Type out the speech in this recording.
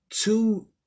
two